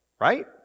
right